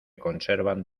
conservan